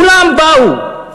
כולם באו.